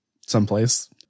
someplace